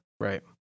right